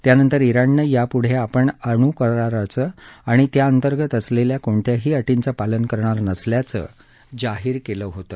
त्यानंतर ज्ञिणनं यापुढे आपण अणुकराराचं आणि त्याअंतर्गत असलेल्या कोणत्याही अटींचं पालन करणार नसल्याचं जाहीर केलं होतं